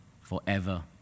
forever